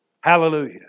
Hallelujah